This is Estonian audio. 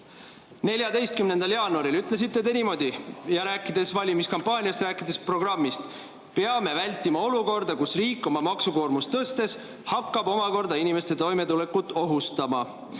14. jaanuaril ütlesite te niimoodi, rääkides valimiskampaaniast, rääkides programmist: "… peame vältima olukorda, kus riik oma maksukoormust tõstes hakkab omakorda inimeste toimetulekut ohustama."